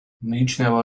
მიიჩნევა